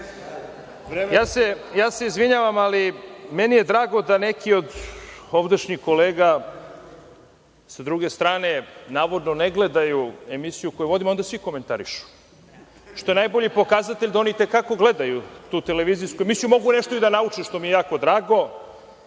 vreme? Izvinjavam se, ali meni je drago da neki od ovdašnjih kolega sa druge strane navodno ne gledaju emisiju koji vodim, a onda svi komentarišu, što je najbolji pokazatelj da oni i te kako gledaju tu televizijsku emisiju, mogu nešto i da nauče, što mi je jako drago,